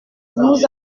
nous